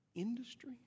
industry